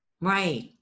Right